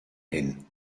hin